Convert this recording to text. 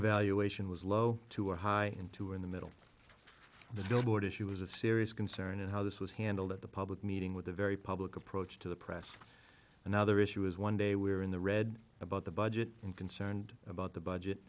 a valuation was low two are high and two in the middle the billboard issue was a serious concern and how this was handled at the public meeting with a very public approach to the press and other issue is one day we are in the read about the budget and concerned about the budget